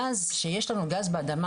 כאשר יש לנו גז באדמה,